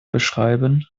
beschreiben